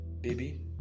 Baby